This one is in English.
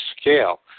scale